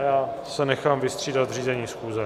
Já se nechám vystřídat v řízení schůze.